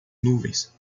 nuvens